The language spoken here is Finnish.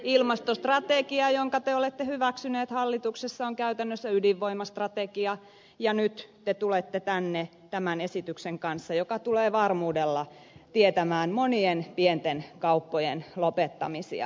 ilmastostrategia jonka te olette hyväksyneet hallituksessa on käytännössä ydinvoimastrategia ja nyt te tulette tänne tämän esityksen kanssa joka tulee varmuudella tietämään monien pienten kauppojen lopettamisia